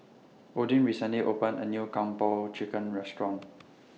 Odin recently opened A New Kung Po Chicken Restaurant